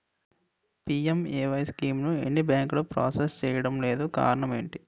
PMAY స్కీమును కొన్ని బ్యాంకులు ప్రాసెస్ చేయడం లేదు కారణం ఏమిటి?